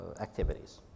activities